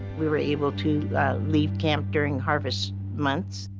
we were able to leave camp during harvest months,